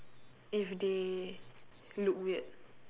if they look weird